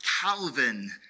Calvin